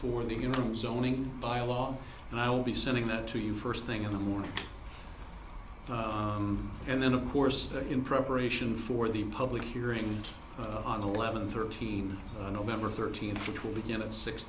owning byelaw and i will be sending that to you first thing in the morning and then of course in preparation for the public hearing on the eleven thirteen november thirteenth which will begin at six